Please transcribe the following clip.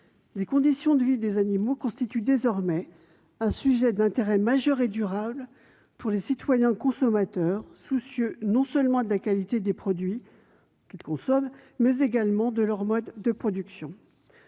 Les conditions de vie des animaux constituent désormais un sujet d'intérêt majeur et durable pour les citoyens-consommateurs, soucieux non seulement de la qualité des produits qu'ils consomment, mais également de leur mode de production.